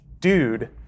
dude